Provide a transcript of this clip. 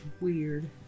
weird